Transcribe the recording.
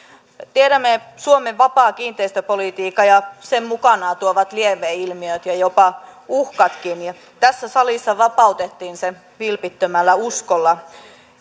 tiedämme suomen vapaan kiinteistöpolitiikan ja sen mukanaan tuomat lieveilmiöt ja jopa uhkatkin tässä salissa vapautettiin se vilpittömällä uskolla